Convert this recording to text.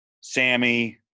Sammy